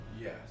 Yes